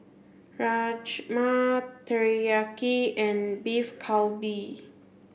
Rajma Teriyaki and Beef Galbi